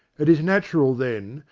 it is natural, then,